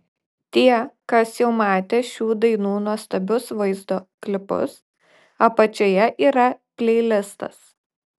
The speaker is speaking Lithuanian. tie kas jau matė šių dainų nuostabius vaizdo klipus apačioje yra pleilistas